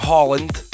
Holland